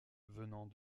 venant